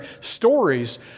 stories